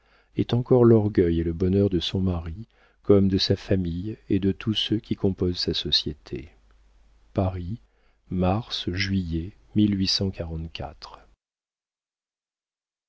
est encore l'orgueil et le bonheur de son mari comme de sa famille et de tous ceux qui composent sa société paris mars juillet